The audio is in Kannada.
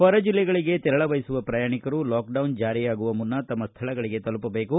ಹೊರ ಜಿಲ್ಲೆಗಳಿಗೆ ತೆರಳ ಬಯಸುವ ಪ್ರಯಾಣಿಕರು ಲಾಕ್ಡೌನ್ ಜಾರಿಯಾಗುವ ಮುನ್ನ ತಮ್ಮ ಸ್ವಳಗಳಿಗೆ ತಲುಪಬೇಕು